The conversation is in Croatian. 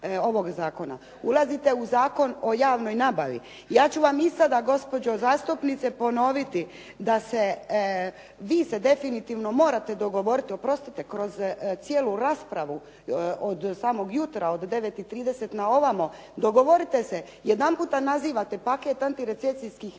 ovog zakona. Ulazite u Zakon o javnoj nabavi. Ja ću vam i sada, gospođo zastupnice ponoviti da se, vi se definitivno morate dogovoriti, oprostite kroz cijelu raspravu od samog jutra, od 9, 30 na ovamo. Dogovorite se, jedanputa nazivate paket antirecesijskih